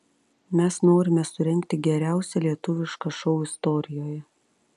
mes norime surengti geriausią lietuvišką šou istorijoje